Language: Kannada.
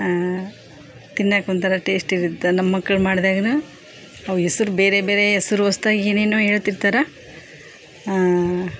ತಿನ್ನೋಕೆ ಒಂಥರ ಟೇಸ್ಟ್ ಇರುತ್ತಾ ನಮ್ಮ ಮಕ್ಳು ಮಾಡಿದಾಗಿನ ಅವು ಹೆಸ್ರು ಬೇರೆ ಬೇರೇ ಹೆಸ್ರು ಹೊಸ್ದಾಗಿ ಏನೇನೋ ಹೇಳ್ತಿರ್ತಾರೆ